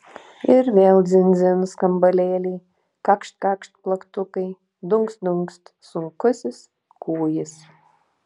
ir vėl dzin dzin skambalėliai kakšt kakšt plaktukai dunkst dunkst sunkusis kūjis